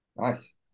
nice